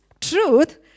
truth